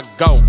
go